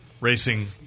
racing